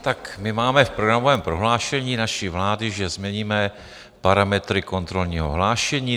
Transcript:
Tak my máme v programovém prohlášení naší vlády, že změníme parametry kontrolního hlášení.